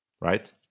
Right